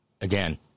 again